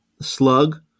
slug